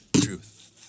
Truth